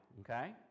okay